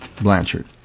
Blanchard